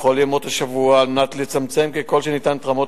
בכל ימות השבוע על מנת לצמצם ככל שניתן את רמות